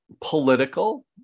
political